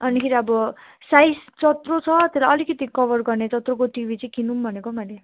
अनि फेरि अब साइज जत्रो छ त्यसलाई अलिकति कभर गर्ने जत्रोको टिभी चाहिँ किनौँ भनेको मैले